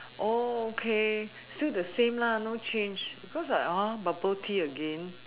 okay still the same lah no change because I like !huh! bubble tea again